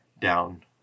down